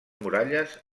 muralles